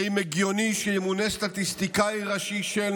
האם הגיוני שימונה סטטיסטיקאי ראשי שאין